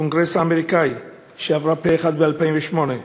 הקונגרס האמריקני, שעברה פה-אחד ב-2008.